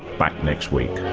back next week.